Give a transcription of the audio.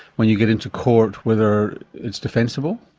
when you get into court whether it's defensible?